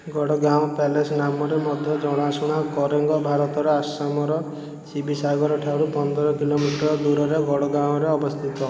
Garhgaon palace ନାମରେ ମଧ୍ୟ ଜଣାଶୁଣା କରେଙ୍ଗ ଭାରତର ଆସାମର ଶିବିସାଗରଠାରୁ ପନ୍ଦର କିଲୋମିଟର ଦୂରରେ ଗଡ଼ଗାଓଁରେ ଅବସ୍ଥିତ